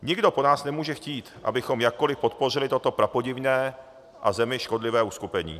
Nikdo po nás nemůže chtít, abychom jakkoliv podpořili toto prapodivné a zemi škodlivé uskupení.